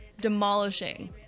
demolishing